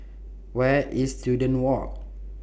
Where IS Students Walk